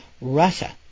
Russia